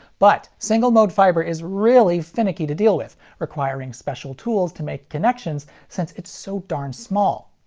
but, single-mode fiber is really finicky to deal with, requiring special tools to make connections since it's so darn small.